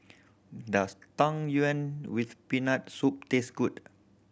does Tang Yuen with Peanut Soup taste good